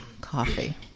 coffee